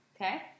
Okay